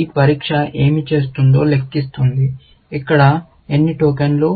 ఈ పరీక్ష ఏమి చేస్తుందో లెక్కిస్తోంది ఇక్కడ ఎన్ని టోకెన్లు